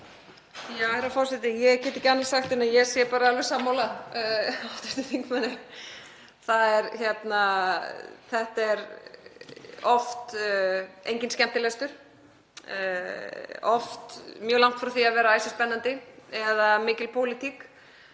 Herra forseti. Ég get ekki annað sagt en að ég sé bara alveg sammála hv. þingmanni. Þetta er oft enginn skemmtilestur, oft mjög langt frá því að vera æsispennandi eða mikil pólitík